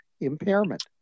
impairment